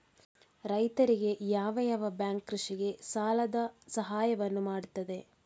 ರೈತರಿಗೆ ಯಾವ ಯಾವ ಬ್ಯಾಂಕ್ ಕೃಷಿಗೆ ಸಾಲದ ಸಹಾಯವನ್ನು ಮಾಡ್ತದೆ?